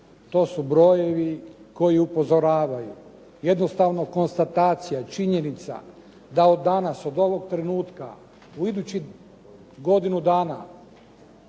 To su brojevi koji upozoravaju. Jednostavno konstatacija, činjenica da od danas, od ovog trenutka u idućih godinu dana